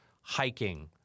hiking